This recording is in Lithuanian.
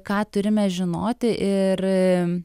ką turime žinoti ir